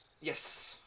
yes